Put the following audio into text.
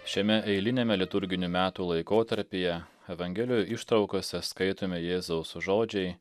šiame eiliniame liturginių metų laikotarpyje evangelijo ištraukose skaitomi jėzaus žodžiai